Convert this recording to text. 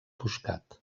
buscat